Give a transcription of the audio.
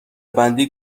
بندی